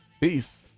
Peace